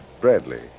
Bradley